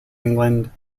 england